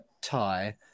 tie